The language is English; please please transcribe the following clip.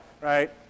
Right